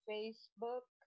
Facebook